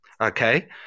Okay